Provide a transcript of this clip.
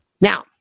Now